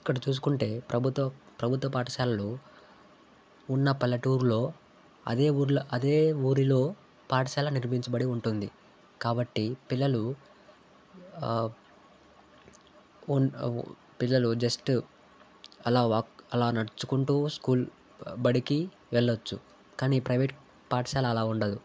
ఇక్కడ చూసుకుంటే ప్రభుత్వ ప్రభుత్వ పాఠశాలలు ఉన్న పల్లెటూరులో అదే ఊర్లో అదే ఊరిలో పాఠశాల నిర్మించబడి ఉంటుంది కాబట్టి పిల్లలు పిల్లలు జస్ట్ అలా వాక్ అలా నడుచుకుంటూ స్కూల్ బడికి వెళ్ళొచ్చు కాని ప్రైవేట్ పాఠశాల అలా ఉండదు